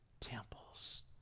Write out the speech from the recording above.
temples